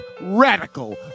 Radical